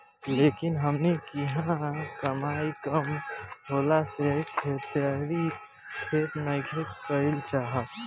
लेकिन हमनी किहाँ कमाई कम होखला से खेतिहर खेती नइखे कईल चाहत